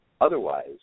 Otherwise